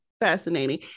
Fascinating